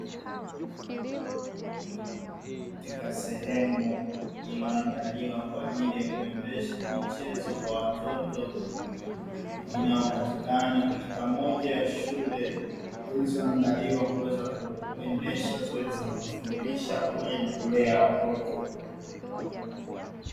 Katika sehemu iliyoandaliwa kwa ajili ya kuendesha michezo kwa watoto, inaopatikana katika moja ya shule zilizoandaliwa kuweza kuendesha zoezi la kufundisha pamoja na kulea watoto.